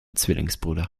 zwillingsbruder